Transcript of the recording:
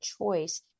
choice